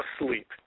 asleep